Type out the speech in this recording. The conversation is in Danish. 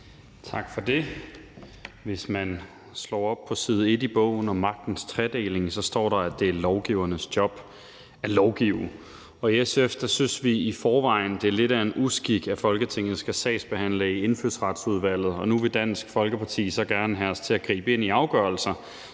Tak for det. Hvis man slår op på side 1 i bogen om magtens tredeling, står der, at det er lovgivernes job at lovgive. I SF synes vi i forvejen, det er lidt af en uskik, at Folketinget skal sagsbehandle i Indfødsretsudvalget. Og nu vil Dansk Folkeparti så gerne have os til at gribe ind i afgørelser,